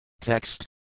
Text